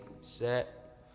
set